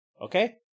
Okay